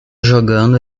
jogando